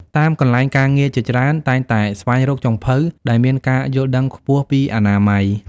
តាមកន្លែងការងារជាច្រើនតែងតែស្វែងរកចុងភៅដែលមានការយល់ដឹងខ្ពស់ពីអនាម័យ។